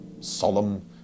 solemn